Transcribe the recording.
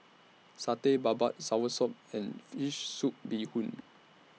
Satay Babat Soursop and Fish Soup Bee Hoon